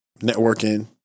networking